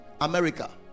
america